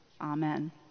Amen